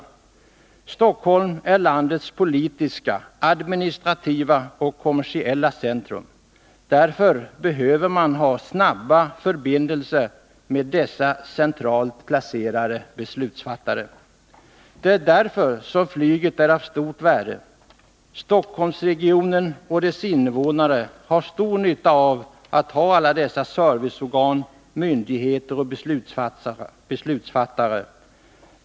Stockholm är landets politiska, administrativa och kommersiella centrum. Därför behöver man ha snabba förbindelser med de centralt placerade beslutsfattarna. Det är därför som flyget är av stort värde. Stockholmsregionen och dess invånare har stor nytta av att ha alla dessa serviceorgan, myndigheter och beslutsfattare.